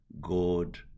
God